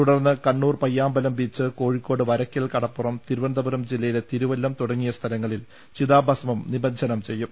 തുടർന്ന് കണ്ണൂർ പയ്യാമ്പലം ബീച്ച് കോഴിക്കോട് വരയ്ക്കൽ കടപ്പുറം തിരു വനന്തപുരം ജില്ലയിലെ തിരു വല്ലം എന്നിവിടങ്ങളിൽ ചിതാഭസ്മം നിമജ്ജനം ചെയ്യും